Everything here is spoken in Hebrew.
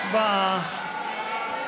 הצבעה.